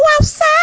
outside